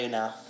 now